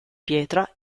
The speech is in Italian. pietra